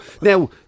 Now